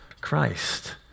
Christ